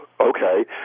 okay